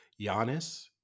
Giannis